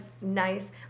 nice